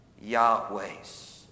Yahweh's